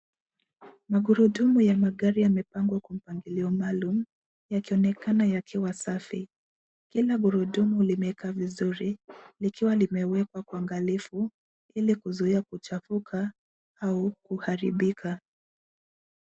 Magurudumu ya magari yamepangwa kwa mpangilio maalum, yakionekana yakiwa safi. Kila gurudumu limekaa vizuri likiwa limewekwa kwa uangalifu ili kuzuia kuchafuka au kuharibika.